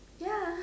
ya